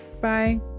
Bye